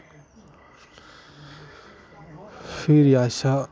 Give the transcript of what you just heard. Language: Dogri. फिरी अस